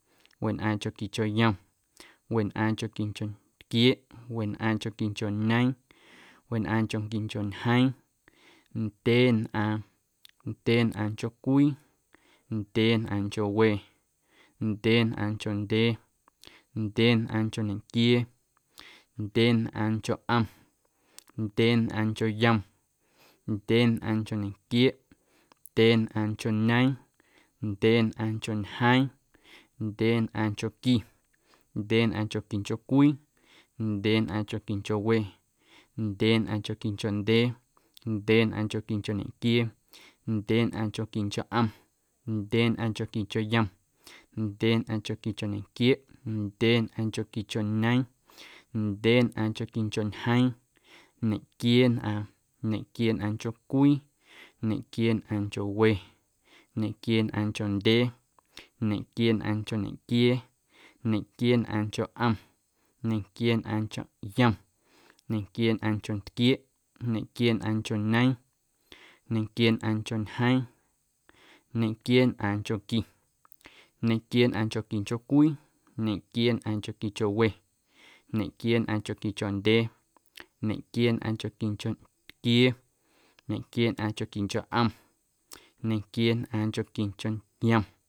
Wenꞌaaⁿnchonquincho yom, wenꞌaaⁿnchonquincho ntquieeꞌ, wenꞌaaⁿnchonquincho ñeeⁿ, wenꞌaaⁿnchonquincho ñjeeⁿ, ndyeenꞌaaⁿ, ndyeenꞌaaⁿncho cwii, ndyeenꞌaaⁿncho we, ndyeenꞌaaⁿncho ndyee, ndyeenꞌaaⁿncho ñequiee, ndyeenꞌaaⁿncho ꞌom, ndyeenꞌaaⁿncho yom, ndyeenꞌaaⁿncho ñeuieeꞌ, ndyeenꞌaaⁿncho ñeeⁿ ndyeenꞌaaⁿncho ñjeeⁿ, ndyeenꞌaaⁿnchonqui, ndyeenꞌaaⁿnchonquincho cwii, ndyeenꞌaaⁿnchonquincho we, ndyeenꞌaaⁿnchonquincho ndyee, ndyeenꞌaaⁿnchonquincho ñequiee, ndyeenꞌaaⁿnchonquincho ꞌom, ndyeenꞌaaⁿnchonquincho yom, ndyeenꞌaaⁿnchonquincho ñequieeꞌ, ndyeenꞌaaⁿnchonquincho ñeeⁿ, ndyeenꞌaaⁿnchonquincho ñjeeⁿ, ñequieenꞌaaⁿ, ñequieenꞌaaⁿncho cwii, ñequieenꞌaaⁿncho we, ñequieenꞌaaⁿncho ndyee, ñequieenꞌaaⁿncho ñequiee, ñequieenꞌaaⁿncho ꞌom, ñequieenꞌaaⁿncho yom, ñequieenꞌaaⁿncho ntquieeꞌ, ñequieenꞌaaⁿncho ñeeⁿ, ñequieenꞌaaⁿncho ñjeeⁿ, ñequieenꞌaaⁿnchonqui, ñequieenꞌaaⁿnchonquincho cwii, ñequieenꞌaaⁿnchonquincho we, ñequieenꞌaaⁿnchonquincho ndyee, ñequieenꞌaaⁿnchonquincho ntquiee, ñequieenꞌaaⁿnchonquincho ꞌom, ñequieenꞌaaⁿnchonquincho yom.